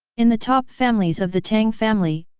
in the top families of the tang family,